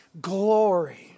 glory